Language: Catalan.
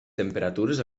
temperatures